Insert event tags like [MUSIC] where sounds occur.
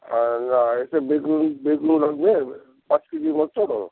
আর না আর হচ্ছে বেগুন বেগুন হবে পাঁচ কেজি মতো [UNINTELLIGIBLE]